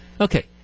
okay